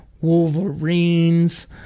Wolverines